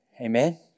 Amen